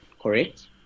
correct